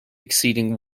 exceeding